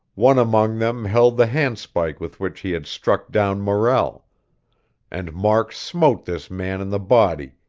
one among them held the handspike with which he had struck down morrell and mark smote this man in the body,